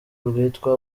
rwitwa